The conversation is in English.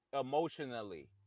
emotionally